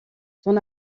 son